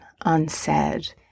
unsaid